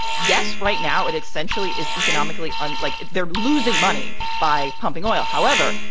yes, right now it essentially is economically um like they're losing money by pumping oil. however,